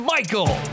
Michael